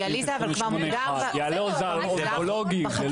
בסעיף 28(1), דיאליזה אונקולוגית.